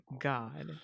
god